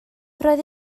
roedd